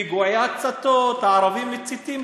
פיגועי הצתות, הערבים מציתים,